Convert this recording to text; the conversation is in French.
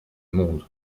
monde